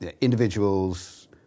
individuals